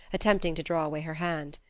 attempting to draw away her hand.